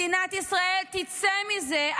מדינת ישראל תצא מזה.